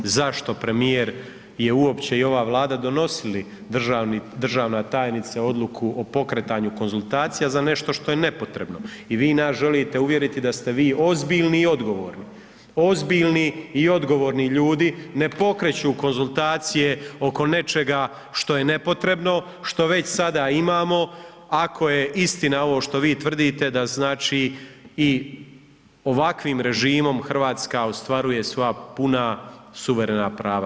Zašto premijer je uopće i ova Vlada donosili državna tajnice odluku o pokretanju konzultacija za nešto što je nepotrebno i vi nas želite uvjeriti da ste vi ozbiljni i odgovorni, ozbiljni i odgovorni ljudi ne pokreću konzultacije oko nečega što je nepotrebno, što već sada imamo ako je istina ovo što vi tvrdite da znači i ovakvim režimom Hrvatska ostvaruje svoja puna suverena prava.